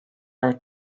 are